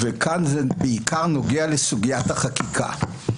כאן זה נוגע בעיקר לסוגיית החקיקה.